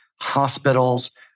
hospitals